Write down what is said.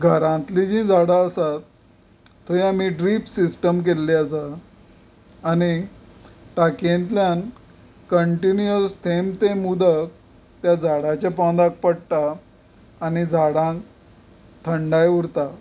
घरांतलीं जीं झाडां आसात थंय आमी ड्रीप सिस्टम केल्ली आसा आनी टाकयेंतल्यान कंटीन्यूअस थेंब थेंब उदक त्या झाडाच्या पोंदांक पडटा आनी झाडांक थंडाय उरता